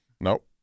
Nope